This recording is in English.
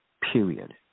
Period